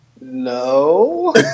No